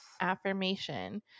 Affirmation